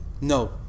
No